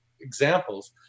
examples